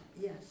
Yes